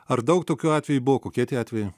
ar daug tokių atvejų buvo kokie tie atvejai